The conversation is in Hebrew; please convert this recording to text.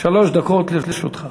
שלוש דקות לרשותך.